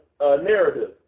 narrative